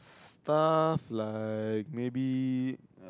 stuff like maybe